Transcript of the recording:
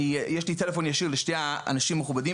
יש לי טלפון ישיר לשני האנשים המכובדים